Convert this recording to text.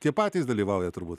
tie patys dalyvauja turbūt